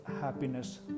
happiness